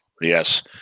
yes